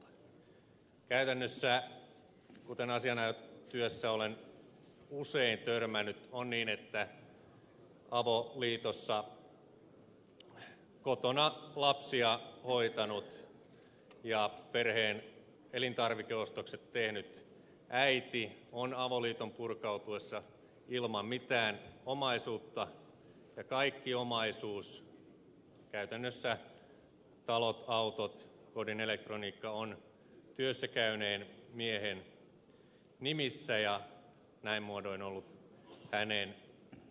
käytännössä kuten asianajajan työssä olen usein törmännyt on niin että avoliitossa kotona lapsia hoitanut ja perheen elintarvikeostokset tehnyt äiti on avoliiton purkautuessa ilman mitään omaisuutta ja kaikki omaisuus käytännössä talot autot kodin elektroniikka on työssä käyneen miehen nimissä ja näin muodoin ollut hänen omaisuuttaan